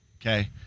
Okay